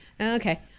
Okay